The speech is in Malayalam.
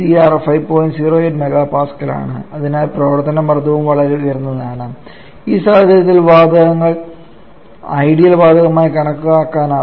08 MPa യാണ് അതിനാൽ പ്രവർത്തന മർദ്ദവും വളരെ ഉയർന്നതാണ് ഈ സാഹചര്യത്തിൽ വാതകങ്ങൾ ഐഡിയൽ വാതകമായി കണക്കാക്കാനാവില്ല